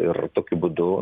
ir tokiu būdu